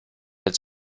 its